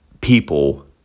people